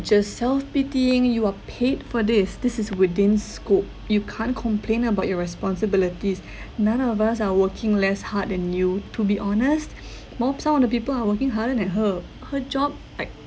just self pitying you are paid for this this is within scope you can't complain about your responsibilities none of us are working less hard than you to be honest more some of the people are working harder than her her job like